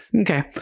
Okay